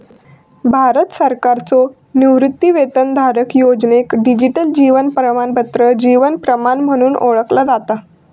भारत सरकारच्यो निवृत्तीवेतनधारक योजनेक डिजिटल जीवन प्रमाणपत्र जीवन प्रमाण म्हणून ओळखला जाता